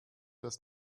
erst